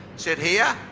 sit here.